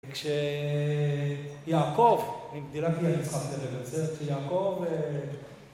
כש... יעקב, נראה לי אני צריכה לצלם את זה, כשיעקב...